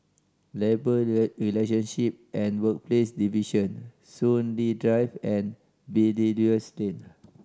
Labour Relationship and Workplaces Division Soon Lee Drive and Belilios Lane